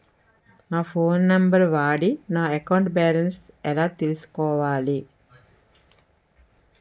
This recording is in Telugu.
నా ఫోన్ నంబర్ వాడి నా అకౌంట్ బాలన్స్ ఎలా తెలుసుకోవాలి?